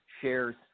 shares